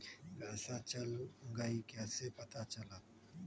पैसा चल गयी कैसे पता चलत?